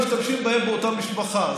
משתמשים בהם באותה משפחה.